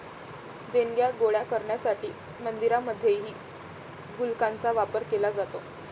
देणग्या गोळा करण्यासाठी मंदिरांमध्येही गुल्लकांचा वापर केला जातो